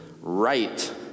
right